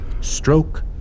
Stroke